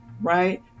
Right